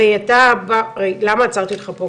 הרי למה עצרתי אותך פה,